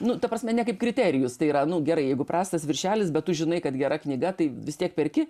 nu ta prasme ne kaip kriterijus tai yra nu gerai jeigu prastas viršelis bet tu žinai kad gera knyga tai vis tiek perki